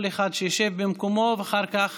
כל אחד, שישב במקומו, ואחר כך